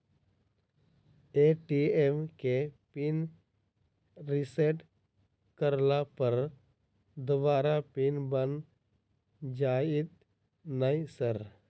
ATM केँ pin reset करला पर दोबारा पिन बन जाइत नै सर?